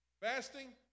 Fasting